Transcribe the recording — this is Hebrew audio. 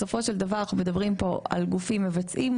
בסופו של דבר אנחנו מדברים פה על גופים מבצעים,